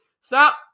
Stop